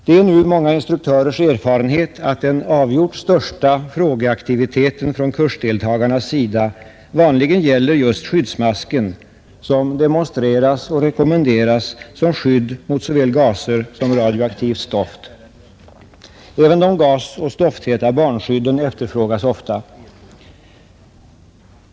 Det är många instruktörers erfarenhet att den största frågeaktiviteten från kursdeltagarnas sida vanligen gäller skyddsmasken, som demonstreras och rekommenderas som skydd mot såväl gaser som radioaktivt stoft. Även de gasoch stofttäta barnskydden efterfrågas.